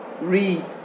read